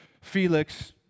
Felix